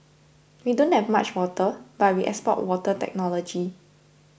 we don't have much water but we export water technology